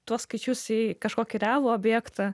tuos skaičius į kažkokį realų objektą